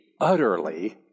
utterly